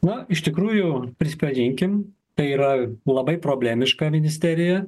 na iš tikrųjų prisipažinkim tai yra labai problemiška ministerija